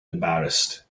embarrassed